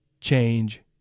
change